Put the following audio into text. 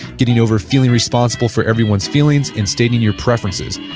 getting over feeling responsible for everyone's feelings and stating your preferences.